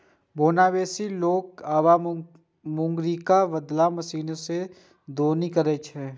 ओना बेसी लोक आब मूंगरीक बदला मशीने सं दौनी करै छै